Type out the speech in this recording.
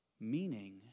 Meaning